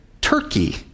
Turkey